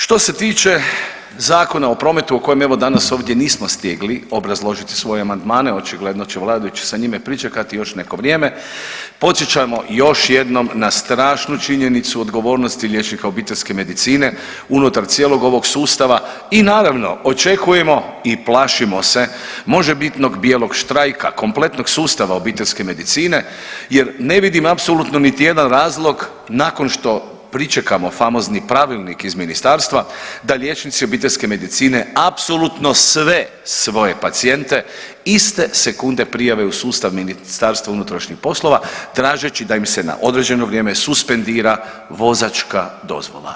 Što se tiče Zakona o prometu o kojem evo danas ovdje nismo stigli obrazložiti svoje amandmane očigledno će vladajući sa njime pričekati još neko vrijeme, podsjećamo još jednom na strašnu činjenicu odgovornosti liječnika obiteljske medicine unutar cijelog ovog sustava i naravno očekujemo i plašimo se možebitnog bijelog štrajka kompletnog sustava obiteljske medicine jer ne vidim apsolutno niti jedan razlog nakon što pričekamo famozni pravilnik iz ministarstva da liječnici obiteljske medicine apsolutno sve svoje pacijente iste sekunde prijave u sustav MUP-a tražeći da im se na određeno vrijeme suspendira vozačka dozvola.